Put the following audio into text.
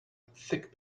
thick